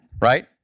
right